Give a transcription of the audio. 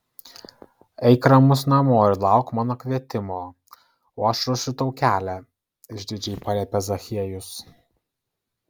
eik ramus namo ir lauk mano kvietimo o aš ruošiu tau kelią išdidžiai paliepė zachiejus